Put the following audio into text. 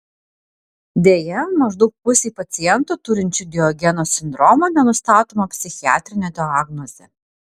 deja maždaug pusei pacientų turinčių diogeno sindromą nenustatoma psichiatrinė diagnozė